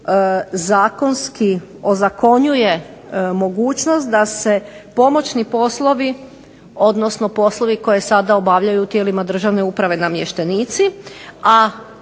zakonski ozakonjuje mogućnost da se pomoćni poslovi, odnosno poslovi koje sada obavljaju u tijelima državne uprave namještenici,